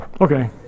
Okay